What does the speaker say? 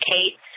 Kate